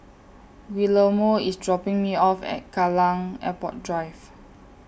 Guillermo IS dropping Me off At Kallang Airport Drive